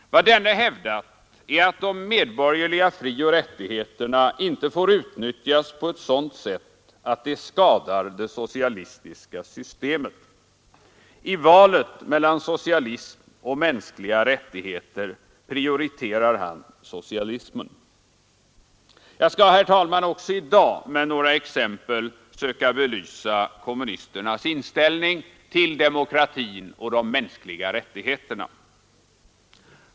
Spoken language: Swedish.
Vad denne hävdat är att de medborgerliga frioch rättigheterna inte får utnyttjas på ett sådant sätt att de skadar det socialistiska systemet. I valet mellan socialism och mänskliga rättigheter prioriterar han socialismen. Jag skall också i dag med några exempel söka bevisa kommunisternas inställning till demokratin och de mänskliga rättigheterna.